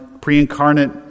pre-incarnate